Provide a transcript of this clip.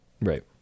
Right